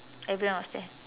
everyone was there